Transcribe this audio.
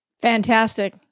Fantastic